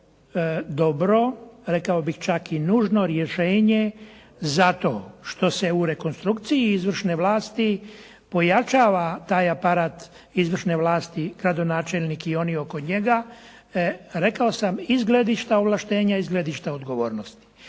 dobro, rekao bih čak i nužno rješenje zato što se u rekonstrukciji izvršne vlasti pojačava taj aparat izvršne vlasti, gradonačelnik i oni oko njega, rekao sam i s gledišta ovlaštenja i s gledišta odgovornosti.